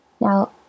Now